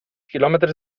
quilòmetres